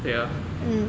对咯